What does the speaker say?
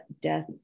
death